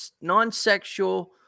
non-sexual